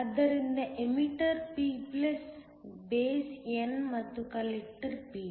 ಆದ್ದರಿಂದ emitter p base n ಮತ್ತು collector p